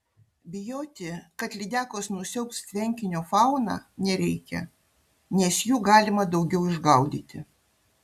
bijoti kad lydekos nusiaubs tvenkinio fauną nereikia nes jų galima daugiau išgaudyti